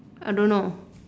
I don't know